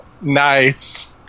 Nice